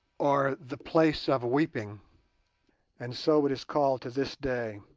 or the place of weeping and so it is called to this day,